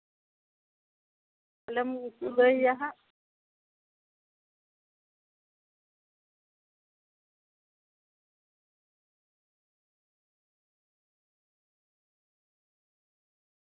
ᱛᱟᱞᱦᱮᱢ ᱞᱟᱹᱭ ᱭᱟ ᱦᱟᱸᱜ